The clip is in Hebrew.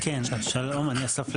כן, שלום אני אסף ליבוביץ.